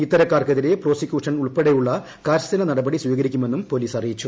ഇത്തരക്കാർക്കെതിരെ prosecution ഉൾപ്പെടെയുളള കർശന നടപടി സ്വീകരിക്കുമെന്നും പോലീസ് ആറിയിച്ചു